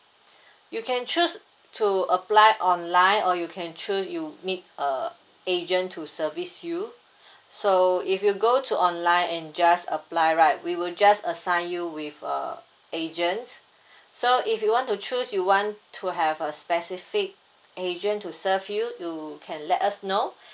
you can choose to apply online or you can choose you need uh agent to service you so if you go to online and just apply right we will just assign you with a agent so if you want to choose you want to have a specific agent to serve you can let us know